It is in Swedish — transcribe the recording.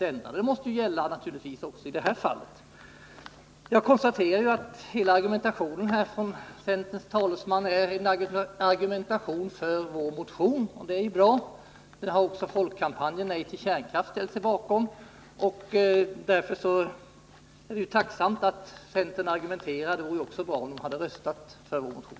Det resonemanget måste gälla även i detta fall. Jag konstaterar att hela det resonemang som centerns talesman för är en argumentation för vår motion, och det är bra. Också Folkkampanjen nej till kärnkraft har ställt sig bakom den. Det hade då också varit bra om centern hade velat rösta för vår motion.